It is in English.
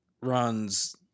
runs